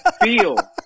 feel